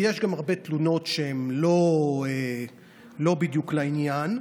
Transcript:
כי יש גם תלונות שהן לא בדיוק לעניין,